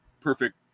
perfect